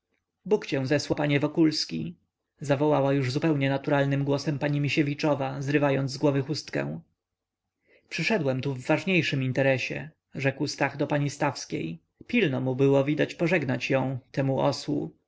bóg cię zesłał panie wokulski zawołała już zupełnie naturalnym głosem pani misiewiczowa zrywając z głowy chustkę przyszedłem tu w ważniejszym interesie rzekł stach do pani stawskiej pilno mu widać było pożegnać ją temu